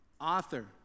Author